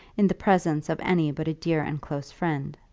in the presence of any but a dear and close friend.